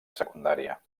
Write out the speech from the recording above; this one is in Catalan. secundària